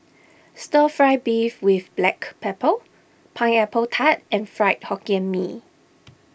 Stir Fry Beef with Black Pepper Pineapple Tart and Fried Hokkien Mee